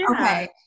Okay